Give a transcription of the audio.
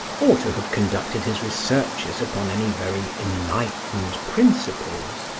or to have conducted his researches upon any very enlightened principles.